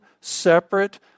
separate